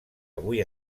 avui